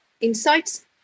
insights